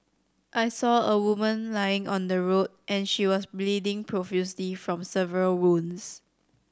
I saw a woman lying on the road and she was bleeding profusely from several wounds